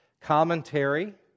commentary